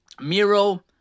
Miro